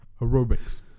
Aerobics